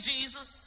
Jesus